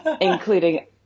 including